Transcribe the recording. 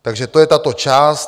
Takže to je tato část.